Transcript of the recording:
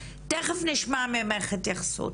תיכף נשמע ממך התייחסות.